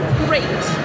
great